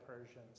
Persians